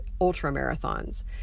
ultra-marathons